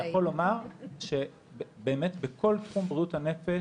לומר שבאמת בכל תחום בריאות הנפש,